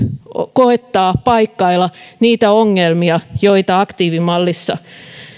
koettaa paikkailla niitä ongelmia joita aktiivimallissa